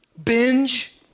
binge